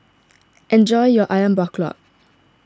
enjoy your Ayam Buah Keluak